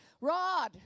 rod